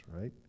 right